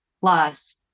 plus